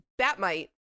Batmite